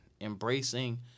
embracing